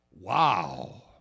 Wow